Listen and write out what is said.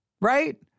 right